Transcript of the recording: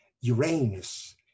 Uranus